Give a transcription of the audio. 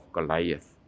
Goliath